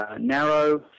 narrow